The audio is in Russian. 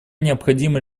необходимо